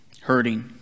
hurting